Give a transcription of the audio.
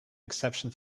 exception